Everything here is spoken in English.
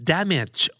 Damage